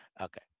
Okay